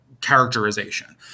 characterization